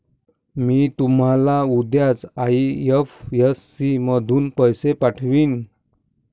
मी तुम्हाला उद्याच आई.एफ.एस.सी मधून पैसे पाठवीन